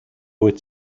wyt